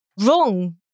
wrong